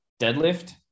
deadlift